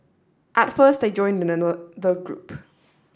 at first I joined the group